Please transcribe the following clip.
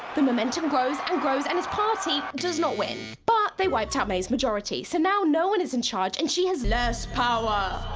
the momentum grows and grows. and his party does not win. but they wiped out may's majority. so now no one is in charge. and she has less power.